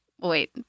Wait